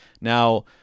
Now